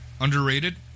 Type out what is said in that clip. underrated